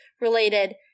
related